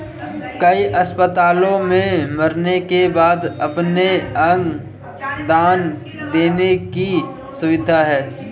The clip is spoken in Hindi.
कई अस्पतालों में मरने के बाद अपने अंग दान देने की सुविधा है